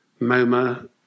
MoMA